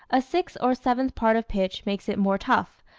a sixth or seventh part of pitch makes it more tough,